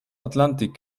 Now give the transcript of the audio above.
atlantik